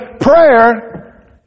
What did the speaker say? prayer